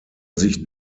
sich